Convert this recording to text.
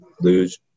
lose